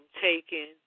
taken